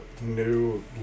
new